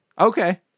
Okay